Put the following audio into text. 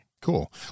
Cool